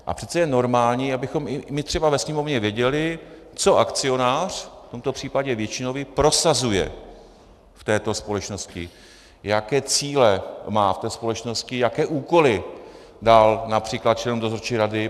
A přece je normální, abychom i my třeba ve Sněmovně věděli, co akcionář, v tomto případě většinový, prosazuje v této společnosti, jaké cíle má v té společnosti, jaké úkoly dal například členům dozorčí rady.